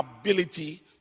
ability